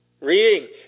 Reading